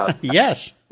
Yes